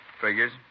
Figures